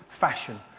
fashion